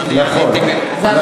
אז עניתי במקומם.